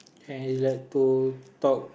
and he like to talk